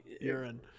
Urine